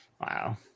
Wow